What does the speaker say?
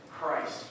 Christ